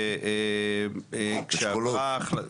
אשכולות?